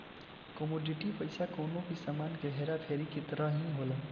commodity पईसा कवनो भी सामान के हेरा फेरी के तरही होला